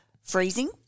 freezing